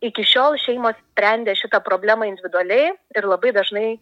iki šiol šeimos sprendė šitą problemą individualiai ir labai dažnai